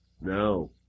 No